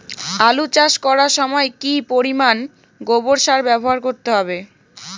আলু চাষ করার সময় কি পরিমাণ গোবর সার ব্যবহার করতে হবে?